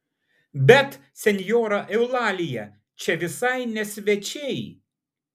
bet senjora eulalija čia visai ne svečiai